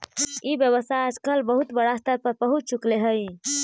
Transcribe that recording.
ई व्यवसाय आजकल बहुत बड़ा स्तर पर पहुँच चुकले हइ